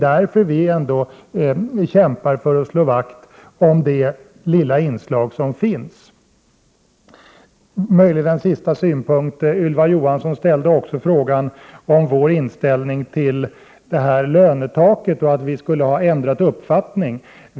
Därför kämpar vi för att slå vakt om det lilla inslag av denna typ som finns. En sista synpunkt. Ylva Johansson ställde frågan om vilken inställning vi har till lönetak och om vi har ändrat uppfattning.